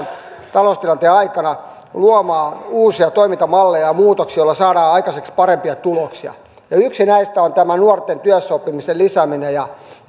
taloustilanteen aikana luomaan uusia toimintamalleja ja muutoksia joilla saadaan aikaiseksi parempia tuloksia yksi näistä on tämä nuorten työssäoppimisen lisääminen ja